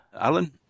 Alan